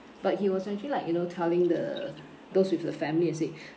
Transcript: but he was actually like you know telling the those with the family and say